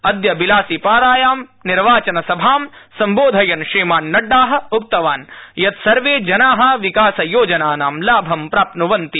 अद्य बिलासीपारायां निर्वाचनसभां सम्बोधयन ा श्रीमान ा नड्डा उक्तवान ायत ास्वे जना विकास योजनानां लाभं प्राप्न्वन्ति